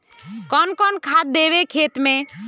कौन कौन खाद देवे खेत में?